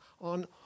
on